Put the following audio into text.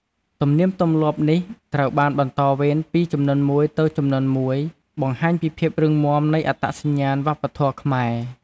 ទំនៀមទម្លាប់នេះត្រូវបានបន្តវេនពីជំនាន់មួយទៅជំនាន់មួយ បង្ហាញពីភាពរឹងមាំនៃអត្តសញ្ញាណវប្បធម៌ខ្មែរ។